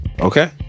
Okay